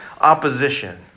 opposition